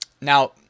Now